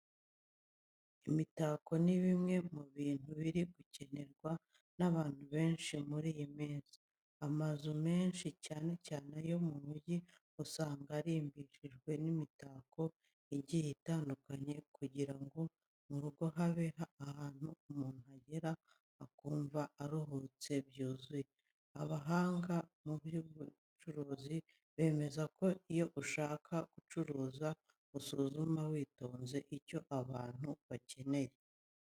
Imitako ni bimwe mu bintu biri gukenerwa n'abantu benshi muri iyi minsi. Amazu menshi cyane cyane ayo mu mijyi usanga arimbishijwe n'imitako igiye itandukanye kugira ngo mu rugo habe ahantu umuntu agera akumva aruhutse byuzuye. Abahanga mu by'ubucuruzi bemeza ko iyo ushaka gucuruza usuzuma witonze icyo abantu bakeneye.